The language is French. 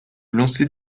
lancer